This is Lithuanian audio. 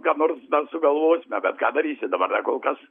ką nors gal sugalvosime bet ką darysi dabar dar kol kas